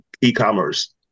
e-commerce